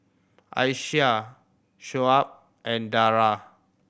Aisyah Shoaib and Dara